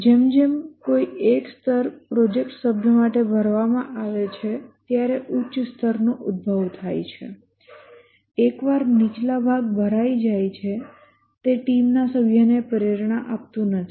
જેમ જેમ કોઈ એક સ્તર પ્રોજેક્ટ સભ્ય માટે ભરવામાં આવે છે ત્યારે ઉચ્ચ સ્તરનો ઉદભવ થાય છે એકવાર નીચલા ભાગ ભરાઈ જાય છે તે ટીમના સભ્યને પ્રેરણા આપતું નથી